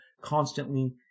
constantly